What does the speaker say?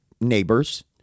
neighbors